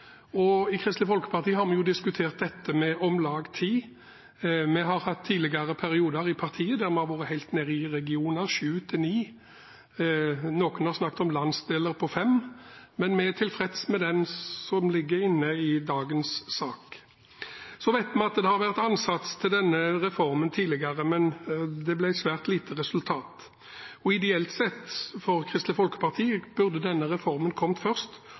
og i Kristelig Folkeparti har vi diskutert dette med om lag ti. Vi har i tidligere perioder i partiet vært helt nede i sju til ni regioner, noen har snakket om fem landsdeler. Men vi er tilfreds med det som ligger inne i dagens sak. Så vet vi at det har vært ansats til denne reformen tidligere, men det ble svært lite resultat. Ideelt sett for Kristelig Folkeparti burde denne reformen kommet først